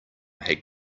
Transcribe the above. had